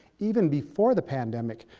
even before the pandemic.